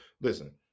listen